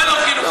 זה לא חינוכי.